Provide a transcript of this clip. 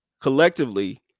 Collectively